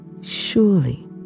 Surely